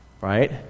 Right